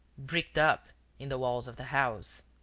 bricked up in the walls of the house.